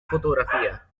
fotografía